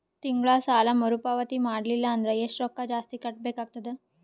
ತಿಂಗಳ ಸಾಲಾ ಮರು ಪಾವತಿ ಮಾಡಲಿಲ್ಲ ಅಂದರ ಎಷ್ಟ ರೊಕ್ಕ ಜಾಸ್ತಿ ಕಟ್ಟಬೇಕಾಗತದ?